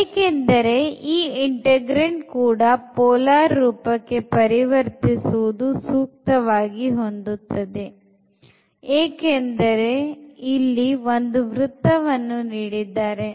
ಏಕೆಂದರೆ ಈ integrand ಕೂಡ ಪೋಲಾರ್ ರೂಪಕ್ಕೆ ಪರಿವರ್ತಿಸುವುದು ಸೂಕ್ತವಾಗಿ ಹೊಂದುತ್ತದೆ ಏಕೆಂದರೆ ಇಲ್ಲಿ ಒಂದು ವೃತ್ತವನ್ನು ನೀಡಿದ್ದಾರೆ